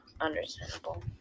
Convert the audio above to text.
understandable